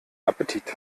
appetit